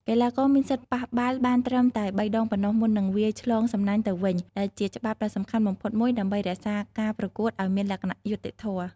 កីឡាករមានសិទ្ធិប៉ះបាល់បានត្រឹមតែបីដងប៉ុណ្ណោះមុននឹងវាយឆ្លងសំណាញ់ទៅវិញ ដែលជាច្បាប់ដ៏សំខាន់បំផុតមួយដើម្បីរក្សាការប្រកួតឲ្យមានលក្ខណៈយុត្តិធម៌។